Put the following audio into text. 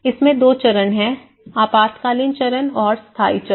इसमें दो चरण हैं आपातकालीन चरण और स्थायी चरण